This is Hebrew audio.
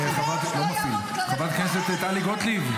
--- חברת הכנסת טלי גוטליב,